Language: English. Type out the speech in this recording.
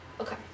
Okay